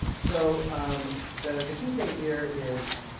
so um the the key thing here is,